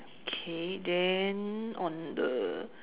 okay then on the